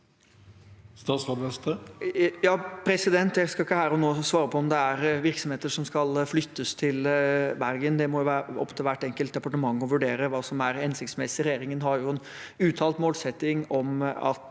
Vestre Jeg skal ikke her og nå svare på om det er virksomheter som skal flyttes til Bergen. Det må være opp til hvert enkelt departement å vurdere hva som er hensiktsmessig. Regjeringen har en uttalt målsetting om at